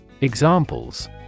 Examples